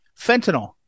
Fentanyl